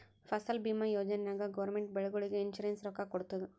ಫಸಲ್ ಭೀಮಾ ಯೋಜನಾ ನಾಗ್ ಗೌರ್ಮೆಂಟ್ ಬೆಳಿಗೊಳಿಗ್ ಇನ್ಸೂರೆನ್ಸ್ ರೊಕ್ಕಾ ಕೊಡ್ತುದ್